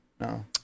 no